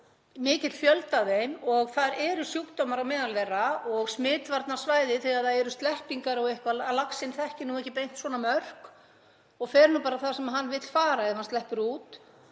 mikill fjöldi af löxum og það eru sjúkdómar meðal þeirra. Smitvarnarsvæði þegar það eru sleppingar og eitthvað, laxinn þekkir nú ekki beint svona mörk og fer bara þangað sem hann vill fara ef hann sleppur út